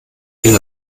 viel